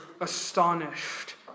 Astonished